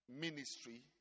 ministry